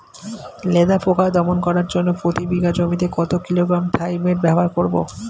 লেদা পোকা দমন করার জন্য প্রতি বিঘা জমিতে কত কিলোগ্রাম থাইমেট ব্যবহার করব?